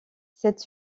cette